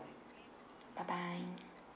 bye bye